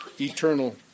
eternal